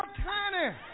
tiny